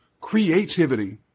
creativity